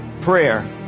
prayer